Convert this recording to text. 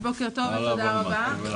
בוקר טוב, תודה רבה.